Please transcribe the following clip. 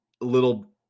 little